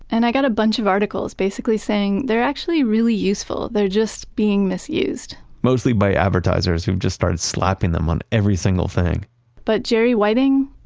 and i got a bunch of articles basically saying they're actually really useful. they're just being misused mostly by advertisers who just started slapping them on every single thing but jerry whiting,